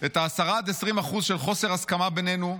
את ה-10% 20% של חוסר הסכמה בינינו,